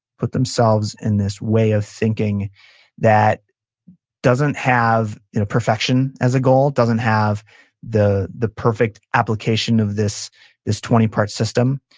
put themselves in this way of thinking that doesn't have perfection as a goal, doesn't have the the perfect application of this this twenty part system,